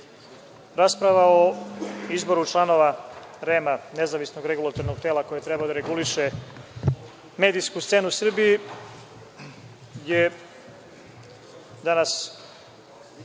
rasprava o izboru članova REM, nezavisno regulatornog tela koje treba da reguliše medijsku scenu u Srbiji, je danas